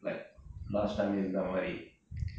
last time இருந்த மாதிரி:iruntha maathiri